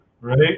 right